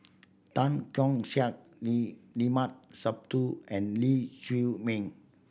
Tan Keong Saik Lee Limat Sabtu and Lee Chiaw Meng